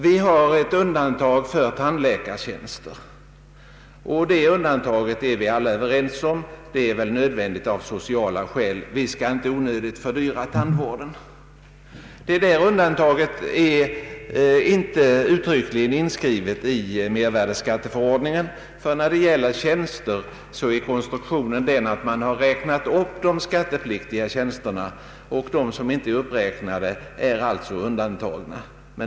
Vi har ett undantag för tandläkartjänster, och vi är väl alla överens om att detta undantag är nödvändigt av sociala skäl. Vi skall inte onödigtvis fördyra tandvården. Detta undantag är inte uttryckligen inskrivet i mervärdeskatteförordningen, ty när det gäller tjänster är konstruktionen den att man räknat upp de skattepliktiga tjänsterna, och de som inte är uppräknade är alltså undantagna.